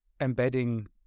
embedding